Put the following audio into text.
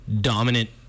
dominant